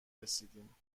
رسیدیم